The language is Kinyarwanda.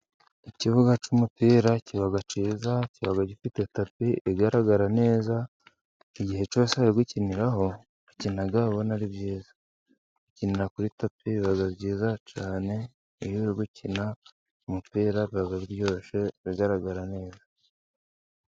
Ikibuga cy'umupira kiba cyiza, kiba gifite tapi igaragara neza, igihe cyose bari gukiniraho bakina ubona ari byiza, gukinira kuri tapi biba byiza cyane, iyo uri gukina umupira uba uryoshye, bigaragara neza.